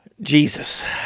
Jesus